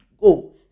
go